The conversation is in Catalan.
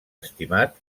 estimat